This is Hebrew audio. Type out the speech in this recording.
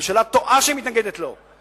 הממשלה טועה שהיא מתנגדת לו.